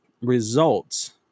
results